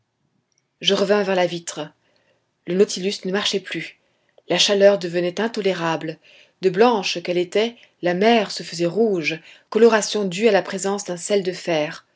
je revins vers la vitre le nautilus ne marchait plus la chaleur devenait intolérable de blanche qu'elle était la mer se faisait rouge coloration due à la présence d'un sel de fer